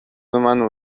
منو